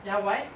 ya why